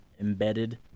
embedded